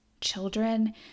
children